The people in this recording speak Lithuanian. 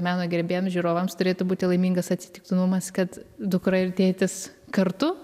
meno gerbėjams žiūrovams turėtų būti laimingas atsitiktinumas kad dukra ir tėtis kartu